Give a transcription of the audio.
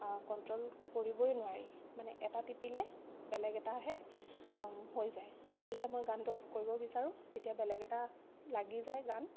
control কৰিবই নোৱাৰি মানে এটা টিপিলে বেলেগ এটাহে হৈ যায় যদিহে মই গানটো অফ্ কৰিব বিচাৰোঁ তেতিয়া বেলেগ এটা লাগি যায় গান